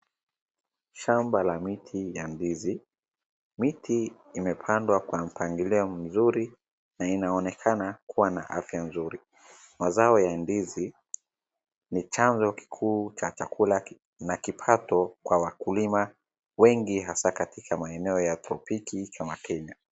Shamba la miti la ndizi, miti imepandwa kwa mpangilio mzuri na inaonekana kuwa na afya nzuri, mazao ya ndizi ni chanzo kikuu cha chakula na kipato kwa wakulima wengi hasa katika maeneo ya popiki kama kenya.